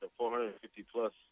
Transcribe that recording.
450-plus